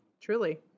truly